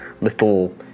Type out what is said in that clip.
little